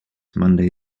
monday